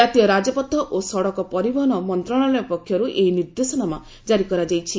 ଜାତୀୟ ରାଜପଥ ଓ ସଡ଼କ ପରିବହନ ମନ୍ତ୍ରଣାଳୟ ପକ୍ଷରୁ ଏହି ନିର୍ଦ୍ଦେଶନାମା ଜାରି କରାଯାଇଛି